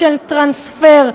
של טרנספר,